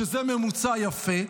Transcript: שזה ממוצע יפה,